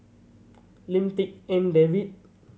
Lim Tik En David